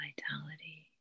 vitality